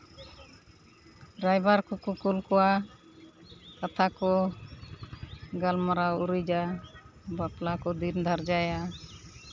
ᱨᱟᱭᱵᱟᱨ ᱠᱚᱠᱚ ᱠᱩᱞ ᱠᱚᱣᱟ ᱠᱟᱛᱷᱟ ᱠᱚ ᱜᱟᱞᱢᱟᱨᱟᱣ ᱩᱨᱤᱡᱟ ᱵᱟᱯᱞᱟ ᱠᱚ ᱫᱤᱱ ᱫᱷᱟᱨᱡᱟᱭᱟ